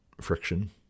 friction